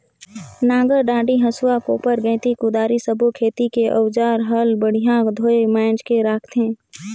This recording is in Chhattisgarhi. नांगर डांडी, हसुआ, कोप्पर गइती, कुदारी सब्बो खेती के अउजार हल बड़िया धोये मांजके राखथे